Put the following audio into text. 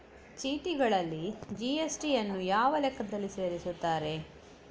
ಚೀಟಿಗಳಲ್ಲಿ ಜಿ.ಎಸ್.ಟಿ ಯನ್ನು ಯಾವ ಲೆಕ್ಕದಲ್ಲಿ ಸೇರಿಸುತ್ತಾರೆ?